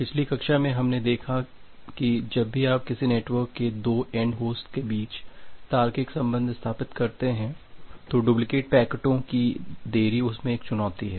पिछली कक्षा में हमने देखा है कि जब भी आप किसी नेटवर्क के 2 एन्ड होस्ट्स के बीच तार्किक संबंध स्थापित करते हैं तो डुप्लिकेट पैकेटों की देरी उसमें एक चुनौती है